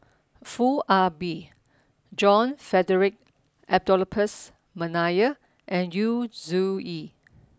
Foo Ah Bee John Frederick Adolphus McNair and Yu Zhuye